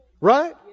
Right